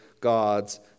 God's